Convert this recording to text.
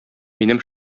минем